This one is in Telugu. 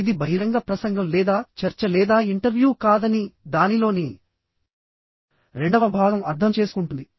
ఇది బహిరంగ ప్రసంగం లేదా చర్చ లేదా ఇంటర్వ్యూ కాదని దానిలోని రెండవ భాగం అర్థం చేసుకుంటుంది